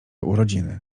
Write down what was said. urodziny